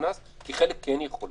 קנס כי חלק כן יכול.